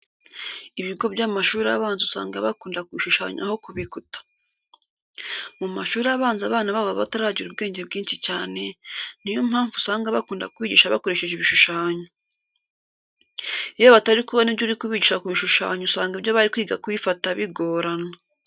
Ibigo by'amashuri abanza usanga bakunda kubishushanyaho ku bikuta. Mu mashuri abanza abana baho baba bataragira ubwenge bwinshi cyane, niyo mpamvu usanga bakunda kubigisha bakoresheje ibishushanyo. Iyo batari kubona ibyo uri kubigisha ku bishushanyo usanga ibyo bari kwiga kubifata bigorana.